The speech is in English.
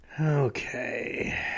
Okay